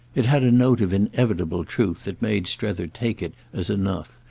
it had a note of inevitable truth that made strether take it as enough,